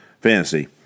fantasy